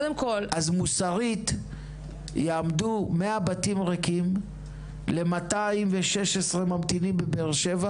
אז מוסרית יעמדו 100 בתים ריקים ל-216 ממתינים בבאר שבע